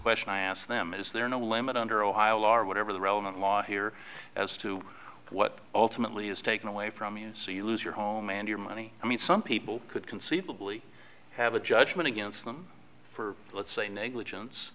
question i asked them is there no limit under ohio law or whatever the relevant law here as to what ultimately is taken away from you so you lose your home and your money i mean some people could conceivably have a judgment against them for let's say negligence